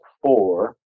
four